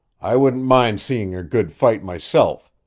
i wouldn't mind seeing a good fight myself.